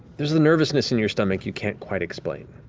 there's a nervousness in your stomach you can't quite explain.